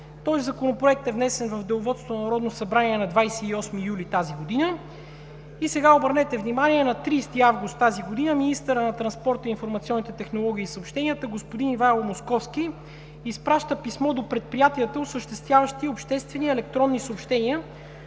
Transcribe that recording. Този Законопроект е внесен в Деловодството на Народното събрание на 28 юли тази година. Обърнете внимание, на 30 август тази година министърът на транспорта, информационните технологии и съобщенията господин Ивайло Московски изпраща писмо до предприятията, осъществяващи обществени електронни съобщения,